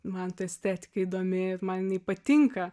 man ta estetika įdomi ir man jinai patinka